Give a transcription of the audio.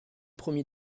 promit